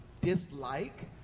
dislike